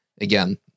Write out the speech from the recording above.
again